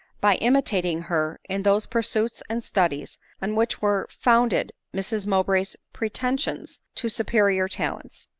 by imitating her in those pursuits and studies on which were founded mrs mow bray's pretensions to superior talents.